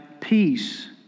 peace